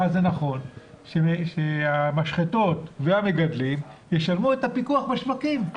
זה נכון שהמשחטות והמגדלים ישלמו את הפיקוח בשווקים.